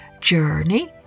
Journey